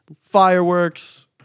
Fireworks